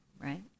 right